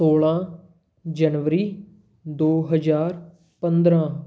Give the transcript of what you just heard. ਸੌਲਾਂ ਜਨਵਰੀ ਦੋ ਹਜ਼ਾਰ ਪੰਦਰਾਂ